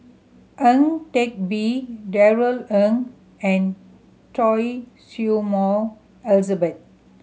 Ang Teck Bee Darrell Ang and Choy Su Moi Elizabeth